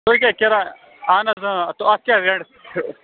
تُہۍ کیٛاہ کِراے اَہَن حظ اَتھ کیٛاہ ریٹ چھِ